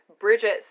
Bridget